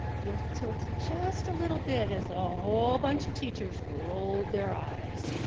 the earth tilted just a little bit as a whole bunch teachers rolled their eyes.